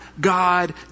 God